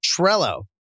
Trello